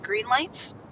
Greenlights